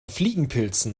fliegenpilzen